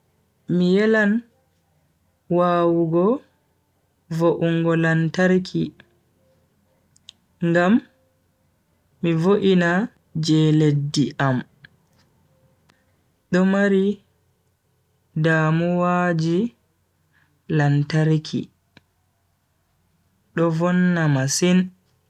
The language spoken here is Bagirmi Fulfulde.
Mi yelan wawugo vo'ungo lantarki ngam mi vo'ina je leddi am, ngam lesdi am do mari damuwaji lantarki do vonna masin.